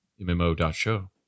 MMO.show